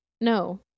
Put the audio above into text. No